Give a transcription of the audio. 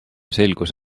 selgus